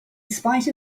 spite